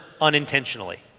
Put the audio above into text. unintentionally